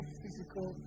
physical